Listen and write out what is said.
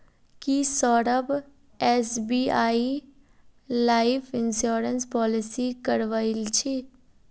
की Saurabh SBI life insurance policy करवइल छि